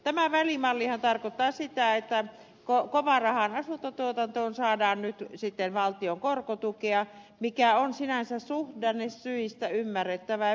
tämä välimallihan tarkoittaa sitä että kovan rahan asuntotuotantoon saadaan nyt sitten valtion korkotukea mikä on sinänsä suhdannesyistä ymmärrettävää ja perusteltua